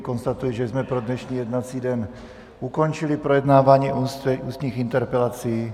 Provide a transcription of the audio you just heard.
Konstatuji, že jsme pro dnešní jednací den ukončili projednávání ústních interpelací.